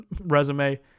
resume